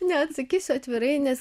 neatsakysi atvirai nes